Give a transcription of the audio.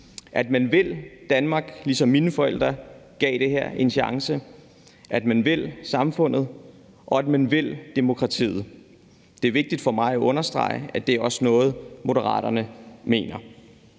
At man vil Danmark, ligesom mine forældre gav det en chance, at man vil samfundet, og at man vil demokratiet er noget, som det er vigtigt for mig at understrege, at Moderaterne også mener.